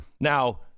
Now